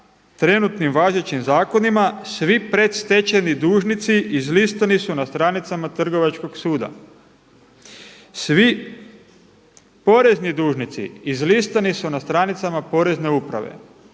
trenutnim važećim zakonima svi predstečajni dužnici izlistani su na stranicama Trgovačkog suda. Svi porezni dužnici izlistani su na stranicama Porezne uprave.